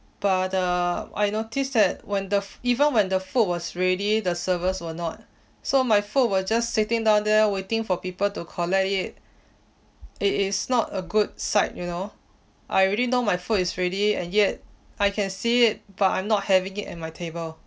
but the I noticed that when the even when the food was ready the servers were not so my food were just sitting down there waiting for people to collect it it is not a good sight you know I already know my food is ready and yet I can see it but I'm not having it at my table